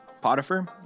Potiphar